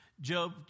Job